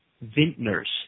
vintners